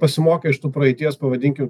pasimokę iš tų praeities pavadinkim